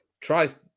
tries